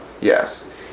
Yes